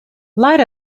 light